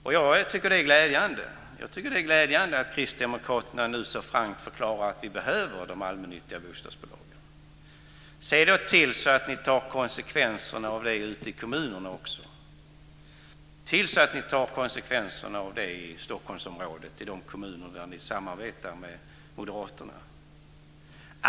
Jag tycker att det är glädjande att Kristdemokraterna nu så frankt förklarar att vi behöver de allmännyttiga bostadsbolagen. Se då till så att ni också tar konsekvenserna av det ute i kommunerna! Se till att ni tar konsekvenserna av det i Stockholmsområdet i de kommuner där ni samarbetar med Moderaterna!